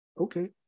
Okay